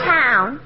town